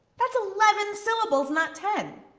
that's eleven syllables, not ten.